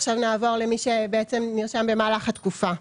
עכשיו נעבור למי שבעצם נרשם במהלך התקופה.